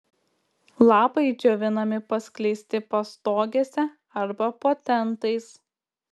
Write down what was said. lapai džiovinami paskleisti pastogėse arba po tentais